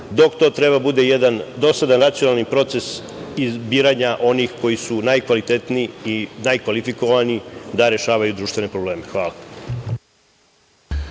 dok to treba da bude jedan dosadan nacionalni proces izbiranja onih koji su najkvalitetniji, najkvalifikovaniji da rešavaju društvene probleme. Hvala.